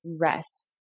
rest